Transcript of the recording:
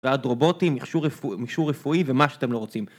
ועד רובוטים, יחשור רפואי ומה שאתם לא רוצים.